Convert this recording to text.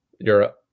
Europe